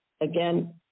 Again